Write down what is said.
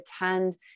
attend